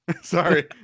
Sorry